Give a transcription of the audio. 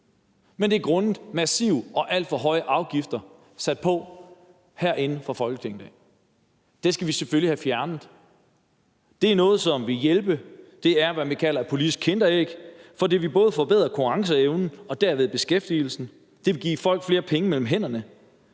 men det er grundet i massive og alt for høje afgifter, som vi har sat på herinde fra Folketingets side. Det skal vi selvfølgelig have fjernet. Det er noget, som vil hjælpe. Det er, hvad vi kalder et politisk kinderæg, for det vil både forbedre konkurrenceevnen og dermed beskæftigelsen, og det vil give folk flere penge mellem hænderne,